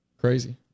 crazy